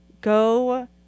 go